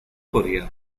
korea